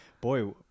boy